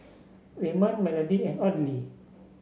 Raymond Melodie and Audley